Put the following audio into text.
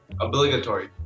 Obligatory